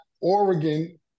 Oregon